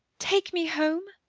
take me home!